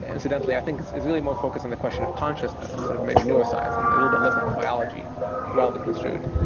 incidentally, i think is really more focused on the question of consciousness instead of maybe newer science and a little bit less about biology wildly construed,